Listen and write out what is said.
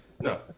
no